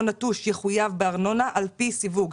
המבנה הנטוש יחויב בארנונה על פי סיווג,